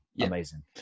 Amazing